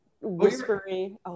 whispery